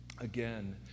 again